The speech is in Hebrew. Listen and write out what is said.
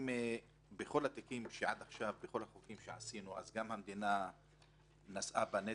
בכל החוקים שעד עכשיו עשינו גם המדינה נשאה בנטל,